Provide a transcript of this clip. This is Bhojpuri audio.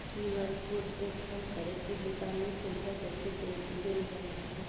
क्यू.आर कोड स्कैन करके दुकान में पईसा कइसे देल जाला?